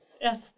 Yes